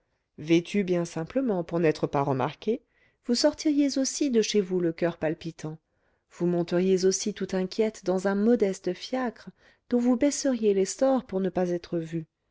vêtue bien simplement pour n'être pas remarquée vous sortiriez aussi de chez vous le coeur palpitant vous monteriez aussi tout inquiète dans un modeste fiacre dont vous baisseriez les stores pour ne pas être vue